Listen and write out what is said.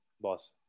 Boss